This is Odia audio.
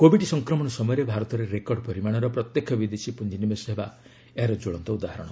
କୋଭିଡ୍ ସଂକ୍ରମଣ ସମୟରେ ଭାରତରେ ରେକର୍ଡ ପରିମାଣର ପ୍ରତ୍ୟକ୍ଷ ବିଦେଶୀ ପୁଞ୍ଜନିବେଶ ହେବା ଏହାର ଜ୍ୱଳନ୍ତ ଉଦାହରଣ